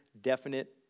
definite